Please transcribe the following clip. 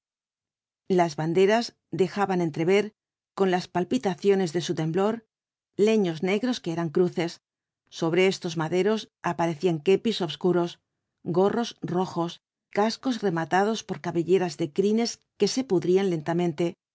las banderas dejaban entrever con las palpitaciones de su temblor leños negros que eran cruces sobre estos maderos aparecían kepis obscuros gorros rojos cascos rematados por cabelleras de crines que se pudrían lentamente